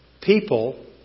people